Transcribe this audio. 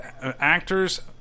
actors